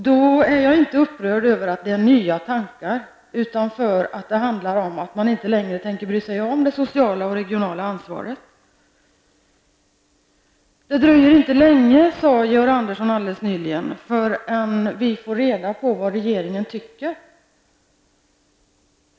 Därför är jag inte upprörd över att det handlar om nya tankar, utan jag är upprörd över att det handlar om att man inte längre tänker bry sig om det sociala och regionala ansvaret. Det dröjer inte länge -- detta sade Georg Andersson nyss -- förrän vi får reda på vad regeringen tycker.